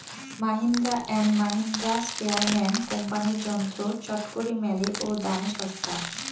Mahindra and Mahindra, স্প্রেয়ারম্যান কোম্পানির যন্ত্র চটকরি মেলে ও দামে ছস্তা